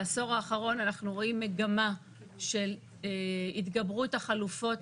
בעשור האחרון אנחנו רואים מגמה של התגברות החלופות.